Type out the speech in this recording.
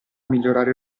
migliorare